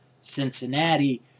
Cincinnati